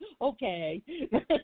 Okay